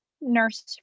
nurse